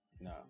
No